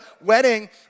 wedding